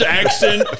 accent